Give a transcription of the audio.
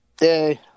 Yay